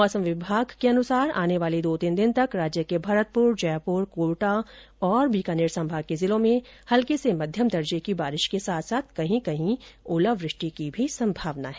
मौसम विभाग के अनुसार आने वाले दो तीन दिन तक राज्य के भरतपुर जयपुर कोटा और बीकानेर संभाग के जिलों में हल्की से मध्यम दर्जे की बारिश के साथ साथ कही कही ओलावृष्टि की भी संभावना है